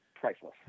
priceless